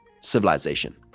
civilization